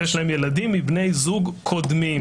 ויש להן ילדים מבני זוג קודמים,